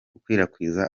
gukwirakwiza